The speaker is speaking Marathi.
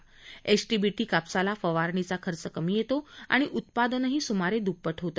एचटीबीटी कापसाला फवारणीचा खर्च कमी येतो आणि उत्पादनही सुमारे दुप्पट होते